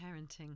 Parenting